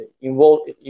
involved